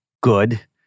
good